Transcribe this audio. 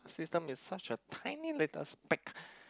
system is such a tiny little speck